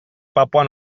papua